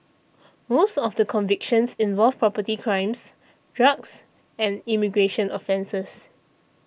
most of the convictions involved property crimes drugs and immigration offences